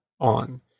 on